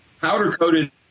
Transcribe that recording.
powder-coated